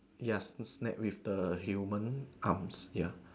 ya snake with the human arms ya